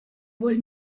wohl